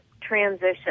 transition